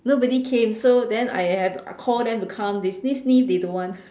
nobody came so then I have call them to come they sniff they don't want